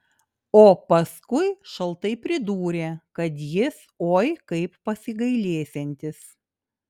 o paskui šaltai pridūrė kad jis oi kaip pasigailėsiantis